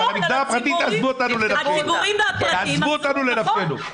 אבל במגזר הפרטי תעזבו אותנו לנפשנו.